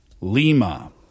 Lima